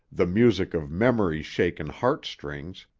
the music of memory-shaken heart-strings,